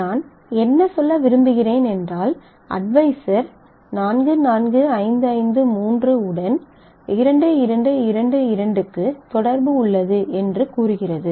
நான் என்ன சொல்ல விரும்புகிறேன் என்றால் அட்வைசர் 44553 உடன் 2222 க்கு தொடர்பு உள்ளது என்று கூறுகிறது